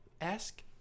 Ask